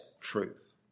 truth